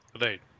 Right